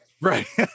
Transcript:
right